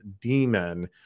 demon